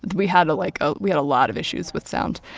we had a, like ah we had a lot of issues with sound.